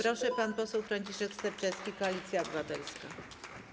Proszę, pan poseł Franciszek Sterczewski, Koalicja Obywatelska.